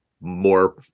more